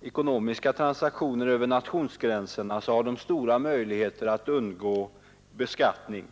ekonomiska transaktioner över nationsgränserna har de stora möjligheter att undgå beskattning.